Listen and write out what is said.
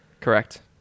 correct